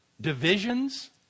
divisions